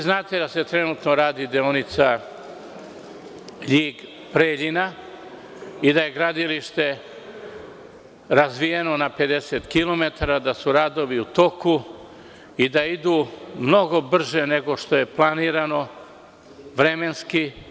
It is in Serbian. Znate da se trenutno radi deonica Ljig-Preljina i da je gradilište razvijeno na 50 kilometara, da su radovi u toku i da idu mnogo brže nego što je planirano vremenski.